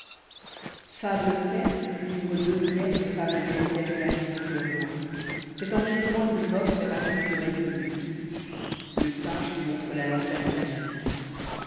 le singe qui montre la lanterne magique